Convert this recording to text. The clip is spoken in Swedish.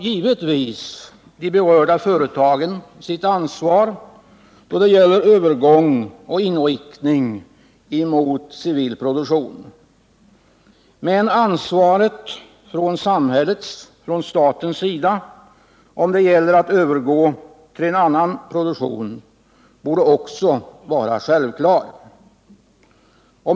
Givetvis har de berörda företagen ett ansvar då det gäller Nr 45 övergång till civil produktion, men statens ansvar vid en sådan övergång Fredagen den borde också vara självklart.